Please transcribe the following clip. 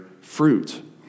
fruit